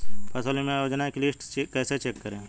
फसल बीमा योजना की लिस्ट कैसे चेक करें?